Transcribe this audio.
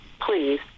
please